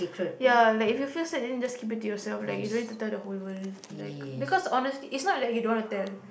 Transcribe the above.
ya like if you feel sad then just keep it to yourself like you don't have to tell the whole world like because honestly it's not like you don't wanna tell